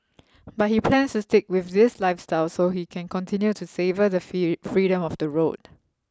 but he plans to stick with this lifestyle so he can continue to savour the free freedom of the road